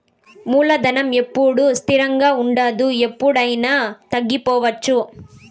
మూలధనం ఎప్పుడూ స్థిరంగా ఉండదు ఎప్పుడయినా తగ్గిపోవచ్చు